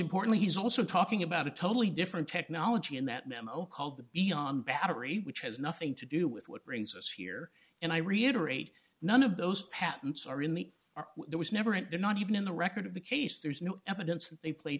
importantly he's also talking about a totally different technology in that memo called the beyond battery which has nothing to do with what brings us here and i reiterate none of those patents are in the are there was never an they're not even in the record of the case there's no evidence that they played